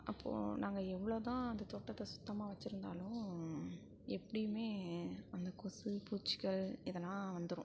அப்போ நாங்கள் எவ்வளோ தான் அந்த தோட்டத்தை சுத்தமாக வச்சுருந்தாலும் எப்படியுமே அந்த கொசு பூச்சிகள் இதெல்லாம் வந்துரும்